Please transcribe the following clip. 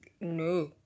No